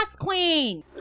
Queen